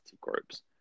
groups